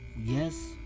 yes